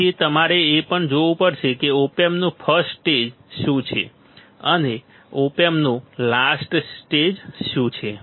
તેથી તમારે એ પણ જોવું પડશે કે ઓપ એમ્પનું ફર્સ્ટ સ્ટેજ શું છે અને ઓપ એમ્પનું લાસ્ટ સ્ટેજ શું છે